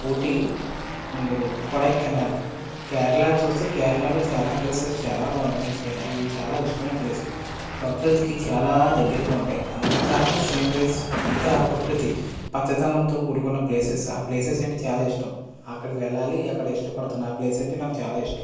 Ooty and Kodaikanal Kerala చూస్తే కేరళలో చాలా ప్లేసెస్ చాలా బాగుంటాయి మంచి మంచి అవి చాలా ఇష్టమైన ప్లేస్లు ప్రకృతికి చాలా దగ్గరగా ఉంటాయి అంతా సీనరీస్ అంతా ప్రకృతి పచ్చదనంతో కూడుకున్న ప్రేసెస్ ఆ ప్లేసెస్ అంటే చాలా ఇష్టం అక్కడికి వెళ్ళాలి అంటే ఇష్టపడతాను ఆ ప్లేస్ అంటే నాకు చాలా ఇష్టం